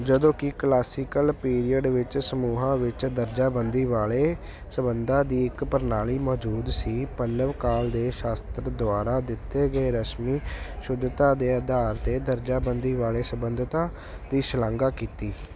ਜਦੋਂ ਕਿ classical period ਵਿੱਚ ਸਮੂਹਾਂ ਵਿੱਚ ਦਰਜਾਬੰਦੀ ਵਾਲੇ ਸਬੰਧਾਂ ਦੀ ਇੱਕ ਪ੍ਰਣਾਲੀ ਮੌਜੂਦ ਸੀ ਪੱਲਵ ਕਾਲ ਦੇ ਸ਼ਾਸਤਰਾਂ ਦੁਆਰਾ ਦਿੱਤੇ ਗਏ ਰਸਮੀ ਸ਼ੁੱਧਤਾ ਦੇ ਅਧਾਰ ਤੇ ਦਰਜਾਬੰਦੀ ਵਾਲੇ ਸਬੰਧਤਾਂ ਦੀ ਸ਼ਲਾਘਾ ਕੀਤੀ